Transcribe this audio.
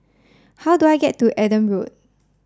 how do I get to Adam Road